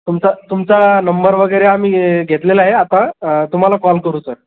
तुमचा तुमचा नंबर वगैरे आम्ही घेतलेला आहे आता तुम्हाला कॉल करू सर